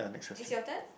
it's your turn